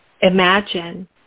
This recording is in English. Imagine